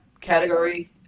category